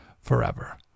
forever